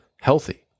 healthy